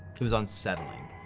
it was unsettling.